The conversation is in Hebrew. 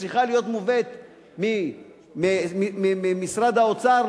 שצריכה להיות מובאת ממשרד האוצר,